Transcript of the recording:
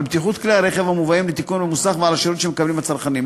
על בטיחות כלי הרכב המובאים לתיקון במוסך ועל השירות שמקבלים הצרכנים.